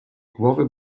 głowy